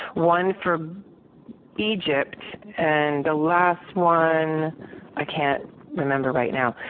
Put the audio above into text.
one for egypt, and the last one i can't remember right now.